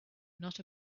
not